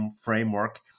framework